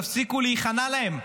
תפסיקו להיכנע להם.